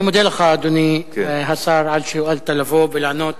אני מודה לך, אדוני השר, על שהואלת לבוא ולענות